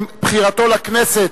בחירתו לכנסת,